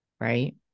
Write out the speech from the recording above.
Right